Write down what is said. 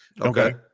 Okay